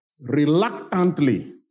reluctantly